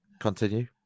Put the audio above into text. Continue